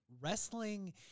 wrestling